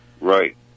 right